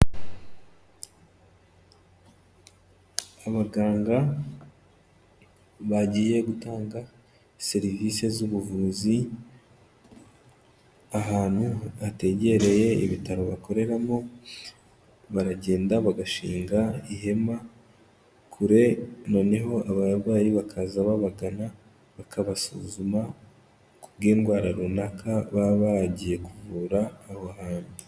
Abaganga bagiye gutanga serivisi z'ubuvuzi ahantu hategereye ibitaro bakoreramo, baragenda bagashinga ihema kure, noneho abarwayi bakaza babagana bakabasuzuma, ku bw'indwara runaka baba bagiye kuvura aho hantu.